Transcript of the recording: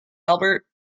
albert